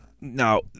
Now